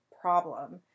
problem